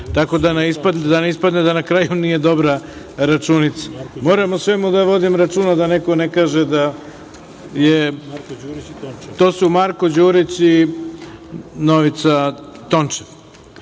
da, da ne ispadne da na kraju nije dobra računica. Moram o svemu da vodim računa, da neko ne kaže da je…To su Marko Đurić i Novica Tončev. Pošto